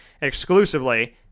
exclusively